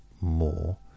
more